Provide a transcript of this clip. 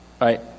right